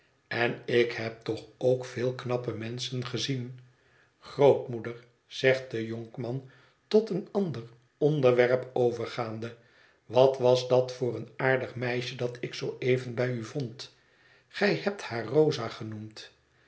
én ik heb toch ook veel knappe menschen gezien grootmoeder zegt de jonkman tot eenander onderwerp overgaande wat was dat voor een aardig meisje dat ik zoo even bij ü vond gij hebt haar rosa